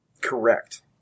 Correct